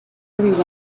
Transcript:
everyone